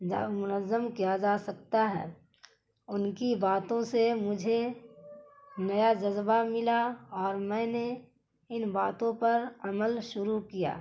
منظم کیا جا سکتا ہے ان کی باتوں سے مجھے نیا جذبہ ملا اور میں نے ان باتوں پر عمل شروع کیا